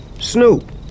Snoop